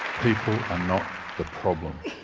people are not the problem.